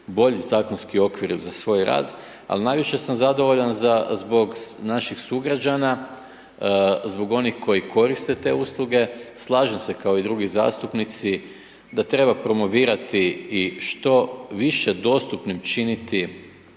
bolji zakonski okvir za svoj rad, ali najviše sam zadovoljan zbog naših sugrađana, zbog onih koji koriste te usluge, slažem se kao i drugi zastupnici da treba promovirati i što više dostupnim činiti